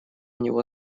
него